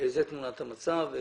זאת תמונת המצב.